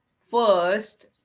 first